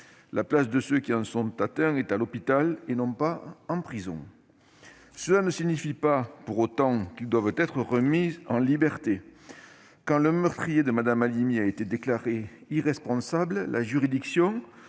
La place de ceux qui en sont atteints est à l'hôpital et non pas en prison. Cela ne signifie pas pour autant qu'ils doivent être remis en liberté. Quand le meurtrier de Mme Halimi a été déclaré irresponsable, la juridiction